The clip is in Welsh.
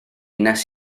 wnes